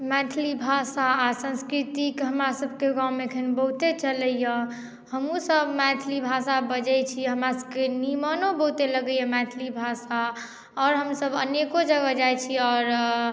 मैथिली भाषा आ संस्कृतिके हमरा सबके गाँवमे अखन बहुते चलैया हमहुँसब मैथिली भाषा बजै छी हमरा सबके नीमनो बहुते लगैया मैथिली भाषा आओर हमसब अनेको जगह जाइत छी आओर